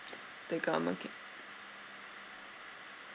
the government give